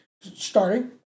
starting